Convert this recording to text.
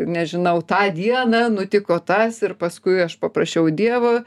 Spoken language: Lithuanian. nežinau tą dieną nutiko tas ir paskui aš paprašiau dievo